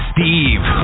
Steve